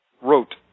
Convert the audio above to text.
wrote